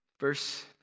verse